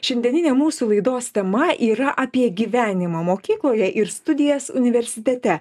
šiandieninė mūsų laidos tema yra apie gyvenimą mokykloje ir studijas universitete